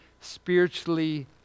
spiritually